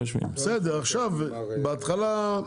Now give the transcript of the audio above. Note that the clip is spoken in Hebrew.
בסדר, עכשיו, בהתחלה,